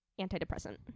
antidepressant